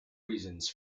reasons